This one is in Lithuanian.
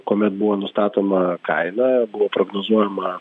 kuomet buvo nustatoma kaina buvo prognozuojama